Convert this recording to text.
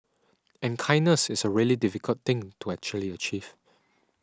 and kindness is a really difficult thing to actually achieve